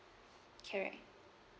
correct